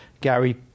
Gary